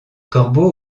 corbeaux